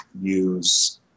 use